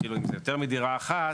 אם זה יותר מדירה אחת,